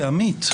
כעמית,